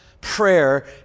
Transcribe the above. prayer